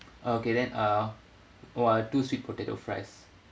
okay then uh !wah! two sweet potato fries